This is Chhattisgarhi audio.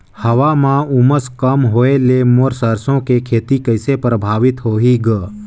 हवा म उमस कम होए ले मोर सरसो के खेती कइसे प्रभावित होही ग?